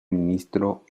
ministro